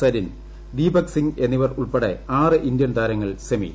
സരിൻ ദീപക് സിംഗ് എന്നിവർ ഉൾപ്പെടെ ആറ് ഇന്ത്യൻ താരങ്ങൾ സെമിയിൽ